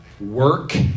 work